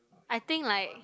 I think like